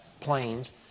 planes